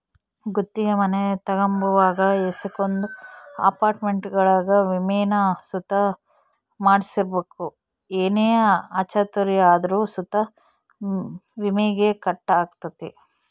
ಗುತ್ತಿಗೆ ಮನೆ ತಗಂಬುವಾಗ ಏಸಕೊಂದು ಅಪಾರ್ಟ್ಮೆಂಟ್ಗುಳಾಗ ವಿಮೇನ ಸುತ ಮಾಡ್ಸಿರ್ಬಕು ಏನೇ ಅಚಾತುರ್ಯ ಆದ್ರೂ ಸುತ ವಿಮೇಗ ಕಟ್ ಆಗ್ತತೆ